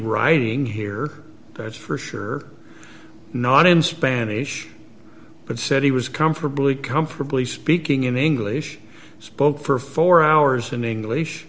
writing here that's for sure not in spanish but said he was comfortably comfortably speaking in english spoke for four hours in english